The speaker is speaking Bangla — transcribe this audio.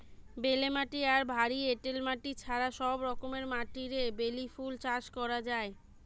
বেলে মাটি আর ভারী এঁটেল মাটি ছাড়া সব রকমের মাটিরে বেলি ফুল চাষ করা যায়